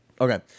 Okay